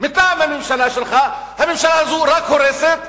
מטעם הממשלה שלך, הממשלה הזו רק הורסת,